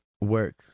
Work